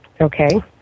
okay